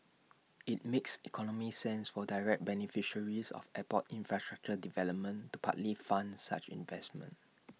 IT makes economic sense for direct beneficiaries of airport infrastructure development to partly fund such investments